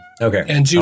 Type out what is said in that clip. Okay